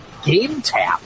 GameTap